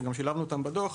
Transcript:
שגם שילבנו אותן בדוח.